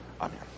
Amen